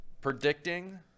Predicting